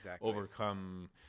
overcome